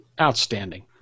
Outstanding